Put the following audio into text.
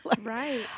right